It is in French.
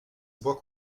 bois